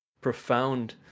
profound